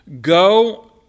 go